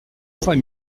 trois